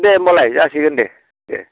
दे होमबालाय जासिगोन दे